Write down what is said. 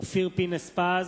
אופיר פינס-פז,